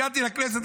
הגעתי לכנסת,